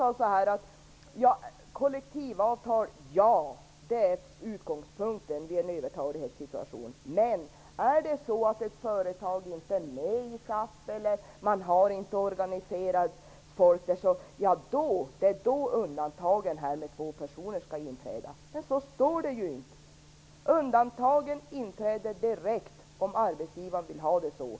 Han sade att kollektivavtal är utgångspunkten vid en övertalighetssituation, men regeln om att undanta två personer från turordningen skall inträda om ett företag inte är med i SAF och personalen inte är organiserad. Så står det ju inte i propositionen! Undantagsbestämmelsen träder i kraft direkt om arbetsgivaren vill ha det så.